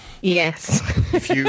Yes